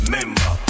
Member